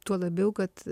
tuo labiau kad